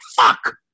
fuck